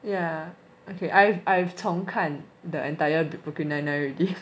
ya okay I've I've 重看 the entire brooklyn nine nine already